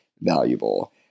valuable